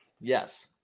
yes